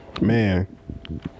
man